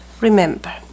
remember